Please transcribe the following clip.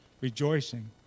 rejoicing